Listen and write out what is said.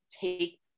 take